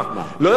לא יכול להיות.